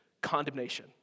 Condemnation